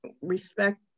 respect